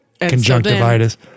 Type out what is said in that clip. conjunctivitis